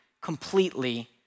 completely